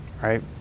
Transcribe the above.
Right